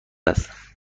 است